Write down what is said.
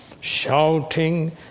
Shouting